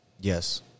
Yes